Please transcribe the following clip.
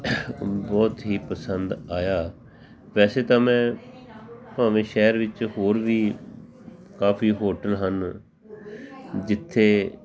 ਅ ਬਹੁਤ ਹੀ ਪਸੰਦ ਆਇਆ ਵੈਸੇ ਤਾਂ ਮੈਂ ਭਾਵੇਂ ਸ਼ਹਿਰ ਵਿੱਚ ਹੋਰ ਵੀ ਕਾਫੀ ਹੋਟਲ ਹਨ ਜਿੱਥੇ